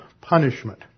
punishment